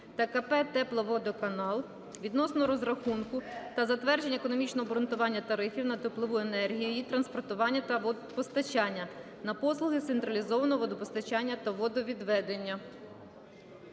КП "Тепловодоканал" відносно розрахунку та затвердження економічно обґрунтованих тарифів на теплову енергію, її транспортування та постачання, на послуги з централізованого водопостачання та водовідведення.